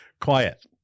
Quiet